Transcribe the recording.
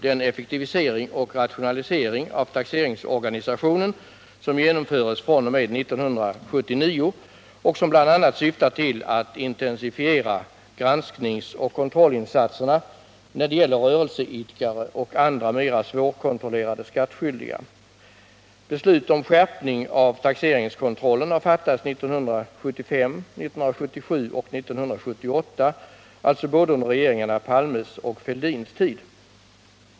Den effektivisering och rationalisering av taxeringsorganisationen som genomförs från 1979 och som bl.a. syftar till att intensifiera granskningsoch kontrollinsatserna när det gäller rörelseidkare och andra mera svårkontrollerade skattskyldiga. Beslut om skärpning av taxeringskontrollen har fattats 1975, 1977 och 1978, alltså både under regeringarna Palmes och Fälldins tid.